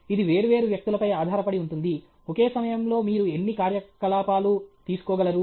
ఇది వేర్వేరు వ్యక్తులపై ఆధారపడి ఉంటుంది ఒకే సమయంలో మీరు ఎన్ని కార్యకలాపాలు తీసుకోగలరు